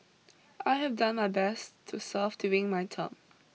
I have done my best to serve during my term